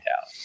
out